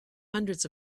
hundreds